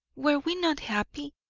were we not happy!